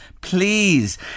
Please